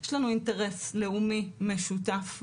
יש לנו אינטרס לאומי משותף.